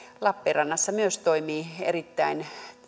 lappeenrannassa myös toimii erittäin